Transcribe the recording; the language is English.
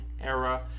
era